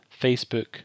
Facebook